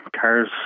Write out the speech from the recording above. cars